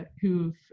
who've